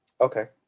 Okay